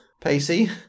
pacey